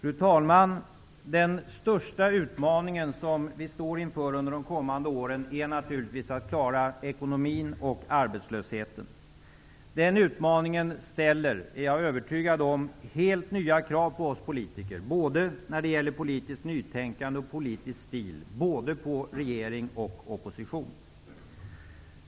Fru talman! Den största utmaning som vi står inför under de kommande åren är naturligtvis att klara ekonomin och arbetslösheten. Den utmaningen ställer -- det är jag övertygad om -- helt nya krav på oss politiker både när det gäller politiskt nytänkande och när det gäller politisk stil, både på regering och på opposition.